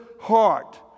heart